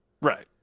Right